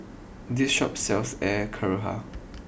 this Shop sells Air Karthira